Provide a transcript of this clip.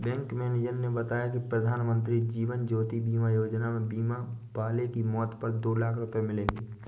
bank manager ने बताया कि प्रधानमंत्री जीवन ज्योति बीमा योजना में बीमा वाले की मौत पर दो लाख रूपये मिलेंगे